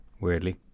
weirdly